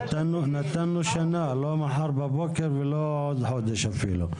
נתנו שנה, לא מחר בבוקר ואפילו לא עוד חודש.